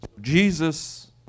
Jesus